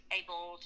able